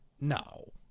no